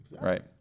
Right